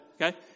Okay